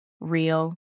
real